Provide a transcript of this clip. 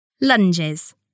Lunges